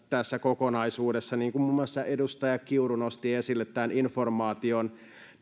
tässä kokonaisuudessa niin kuin muun muassa edustaja kiuru nosti esille tämän informaation